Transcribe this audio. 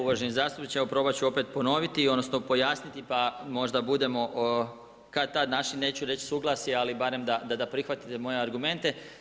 Uvaženi zastupniče, evo probat ću opet ponoviti odnosno pojasniti pa možda budemo kad-tad našli neću reći suglasje, ali barem da prihvatite moje argumente.